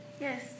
Yes